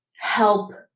help